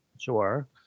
Sure